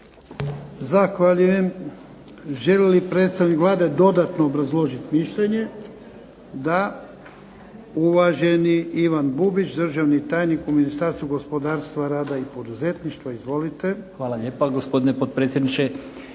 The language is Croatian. Zahvaljujem. Želi li predstavnik Vlade dodatno obrazložiti mišljenje? Da. Uvaženi Ivan Bubić, državni tajnik u Ministarstvu gospodarstva, rada i poduzetništva. Izvolite. **Bubić, Ivan** Hvala lijepa gospodine potpredsjedniče,